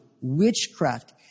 witchcraft